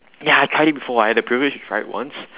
ya I tried it before I had the privilege to try it once